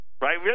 right